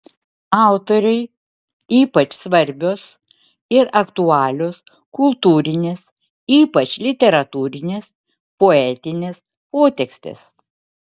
autorei ypač svarbios ir aktualios kultūrinės ypač literatūrinės poetinės potekstės